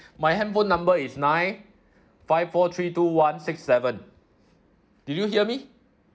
my handphone number is nine five four three two one six seven do you hear me